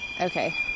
Okay